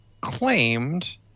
claimed